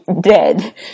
dead